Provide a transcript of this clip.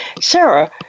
Sarah